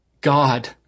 God